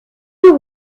you